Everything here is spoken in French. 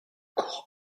cour